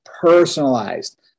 personalized